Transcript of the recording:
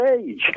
age